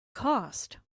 cost